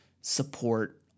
support